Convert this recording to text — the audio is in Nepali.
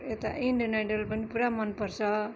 यता इन्डियन आइडल पनि पुरा मनपर्छ